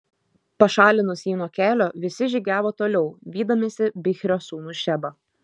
pašalinus jį nuo kelio visi žygiavo toliau vydamiesi bichrio sūnų šebą